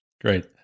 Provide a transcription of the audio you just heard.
Great